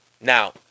Now